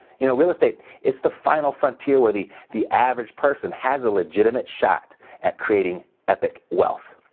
you know real estate, it's the final frontier where the the average person has a legitimate shot at creating epic wealth.